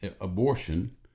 abortion